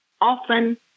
often